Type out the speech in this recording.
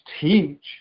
teach